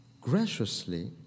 graciously